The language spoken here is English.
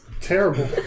terrible